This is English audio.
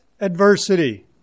adversity